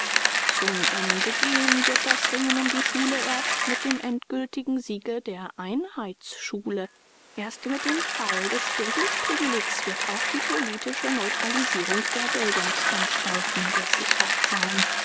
zu ende gehen wird das ringen um die schule erst mit dem endgültigen siege der einheitsschule erst mit dem fall des bildungsprivilegs wird auch die politische neutralisierung der bildungsanstalten gesichert sein